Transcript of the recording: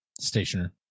Stationer